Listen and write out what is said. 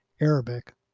Arabic